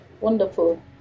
wonderful